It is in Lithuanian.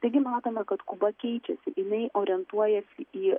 taigi matome kad kuba keičiasi jinai orientuojasi į